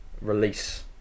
release